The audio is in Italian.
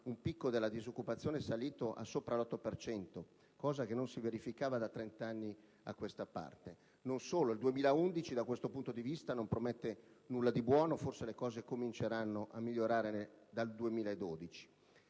un picco della disoccupazione salito a sopra l'8 per cento, cosa che non si verificava da 30 anni a questa parte. Non solo: il 2011, da questo punto di vista, non promette nulla di buono; forse, le cose cominceranno a migliorare dal 2012.